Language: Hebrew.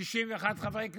61 חברי כנסת.